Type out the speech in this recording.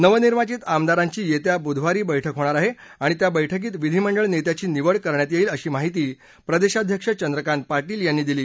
नवनिर्वाचित आमदारांची येत्या बुधवारी बर्ष्क होणार आहे आणि त्या बर्ष्कीत विधिमंडळ नेत्याची निवड करण्यात येईल अशी माहिती प्रदेशाध्यक्ष चंद्रकांत पाटील यांनी दिली